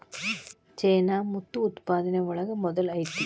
ಚೇನಾ ಮುತ್ತು ಉತ್ಪಾದನೆ ಒಳಗ ಮೊದಲ ಐತಿ